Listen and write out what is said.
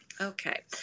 Okay